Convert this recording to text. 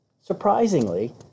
Surprisingly